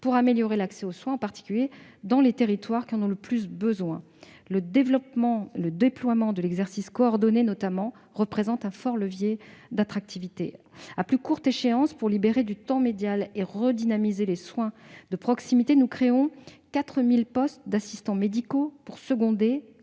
pour améliorer l'accès aux soins, en particulier dans les territoires qui en ont le plus besoin. Le déploiement de l'exercice coordonné représente par exemple un fort levier d'attractivité. À plus courte échéance, pour libérer du temps médical et redynamiser les soins de proximité, nous créons 4 000 postes d'assistants médicaux pour seconder